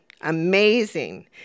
Amazing